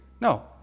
No